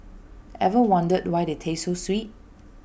ever wondered why they taste so sweet